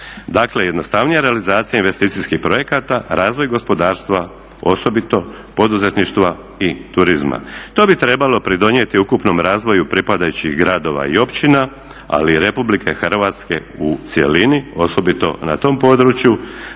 dakle jednostavnija realizacija investicijskih projekata, razvoj gospodarstva osobito poduzetništva i turizma. To bi trebalo pridonijeti razvoju pripadajućih gradova i općina ali i RH u cjelini osobito na tom području